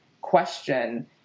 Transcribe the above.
question